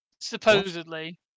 Supposedly